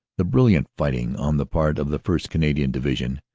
the brilliant fighting on the part of the first. canadian division,